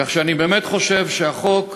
כך שאני באמת חושב שהחוק,